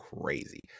crazy